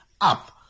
up